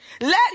Let